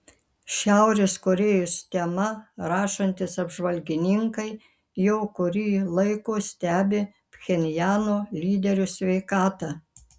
šiaurės korėjos tema rašantys apžvalgininkai jau kurį laiko stebi pchenjano lyderio sveikatą